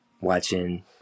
watching